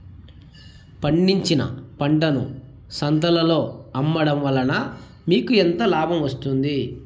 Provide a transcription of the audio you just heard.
పండించిన పంటను సంతలలో అమ్మడం వలన మీకు ఎంత లాభం వస్తుంది?